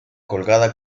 colgada